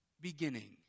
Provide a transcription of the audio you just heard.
beginning